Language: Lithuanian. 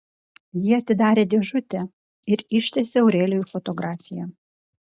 ji atidarė dėžutę ir ištiesė aurelijui fotografiją